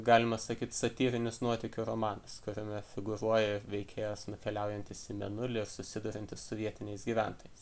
galima sakyt satyrinis nuotykių romanas kuriame figūruoja veikėjas nukeliaujantis į mėnulį susiduriantis su vietiniais gyventojais